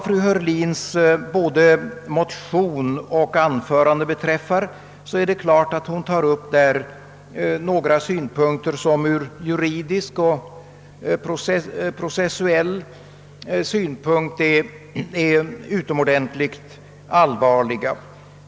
| Fru Heurlin tar både i sin motion och i sitt anförande upp några synpunkter som ur juridisk och processuell synpunkt är utomordentligt allvarliga.